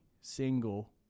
single